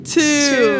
two